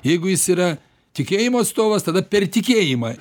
jeigu jis yra tikėjimo atstovas tada per tikėjimą